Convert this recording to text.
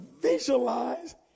visualize